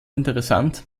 interessant